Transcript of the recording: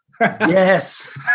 Yes